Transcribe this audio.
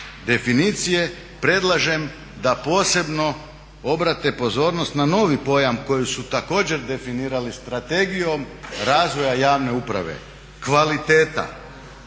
definicije predlažem da posebno obrate pozornost na novi pojam koji su također definirali Strategijom razvoja javne uprave – kvaliteta,